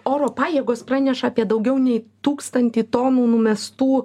oro pajėgos praneša apie daugiau nei tūkstantį tonų numestų